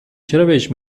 چرابهش